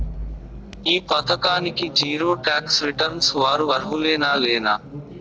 ఈ పథకానికి zero tax returns వారు అర్హులేనా లేనా?